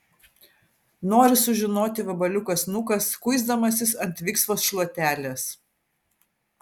nori sužinoti vabaliukas nukas kuisdamasis ant viksvos šluotelės